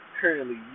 currently